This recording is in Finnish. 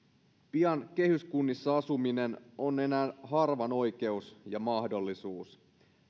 pian kehyskunnissa asuminen on enää harvan oikeus ja mahdollisuus